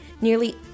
Nearly